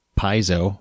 piezo